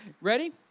Ready